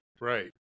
Right